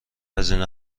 هزینه